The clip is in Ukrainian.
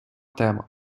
тема